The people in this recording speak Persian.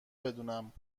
بدونم